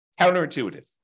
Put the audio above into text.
Counterintuitive